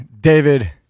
David